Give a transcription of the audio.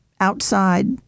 outside